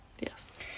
Yes